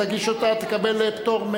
תגיש אותה ותקבל פטור,